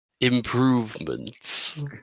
improvements